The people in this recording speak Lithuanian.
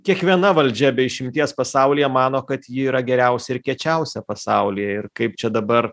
kiekviena valdžia be išimties pasaulyje mano kad ji yra geriausia ir kiečiausia pasaulyje ir kaip čia dabar